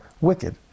wicked